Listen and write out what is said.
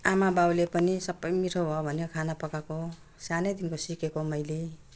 आमाबाउले पनि सबै मिठो भन्यो खाना पकाको सानैदेखिन्को सिकेको मैले